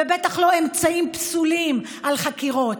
ובטח לא אמצעים פסולים בחקירות,